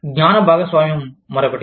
జ్ఞాన భాగస్వామ్యం మరొకటి